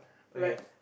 okay